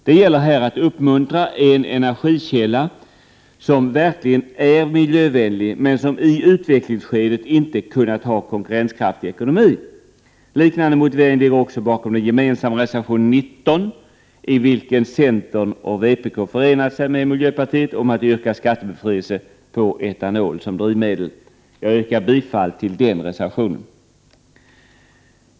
Det gäller här att uppmuntra en energikälla, som verkligen är miljövänlig men som i utvecklingsskedet inte har kunnat uppvisa konkurrenskraftig ekonomi. Liknande motivering ligger också bakom den gemensamma reservationen 19, i vilken centern och vpk förenat sig med miljöpartiet om att yrka på skattebefrielse för etanol som drivmedel. Jag yrkar bifall till den reservationen.